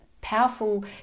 powerful